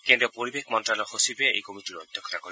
কেন্দ্ৰীয় পৰিবেশ মন্তালয়ৰ সচিবে এই কমিটীৰ অধ্যক্ষতা কৰিব